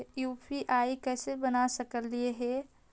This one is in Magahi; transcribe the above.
यु.पी.आई कैसे बना सकली हे?